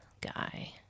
guy